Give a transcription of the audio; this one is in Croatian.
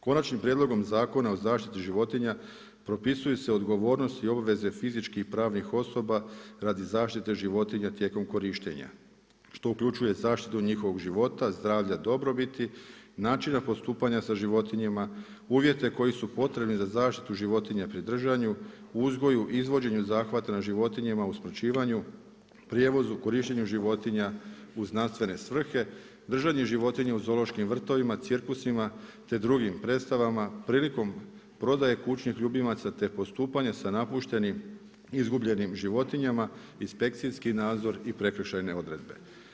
Konačni prijedlogom Zakona o zaštiti životinja propisuju se odgovornosti i obaveze fizičkih i pravnih osoba radi zaštite životinja tijekom korištenja što uključuje zaštitu njihovog života, zdravlja, dobrobiti, načina postupanja sa životinjama, uvjete koji su potrebni za zaštitu životinja pri držanju, uzgoju i izvođenja zahvata na životinjama, usmrćivanju, prijevoza, korištenje životinja u znanstvene svrhe, držanje životinja u zoološkim vrtovima, cirkusima, te drugim predstavama prilikom prodaje kućnih ljubimaca, te postupanje sa napuštenim izgubljenim životinjama, inspekcijski nadzor i prekršajne odredbe.